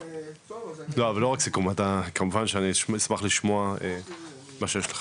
כמובן שאני אשמח לשמוע מה שיש לך